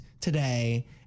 Today